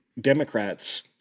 Democrats